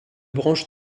branches